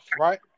right